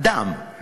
אדם.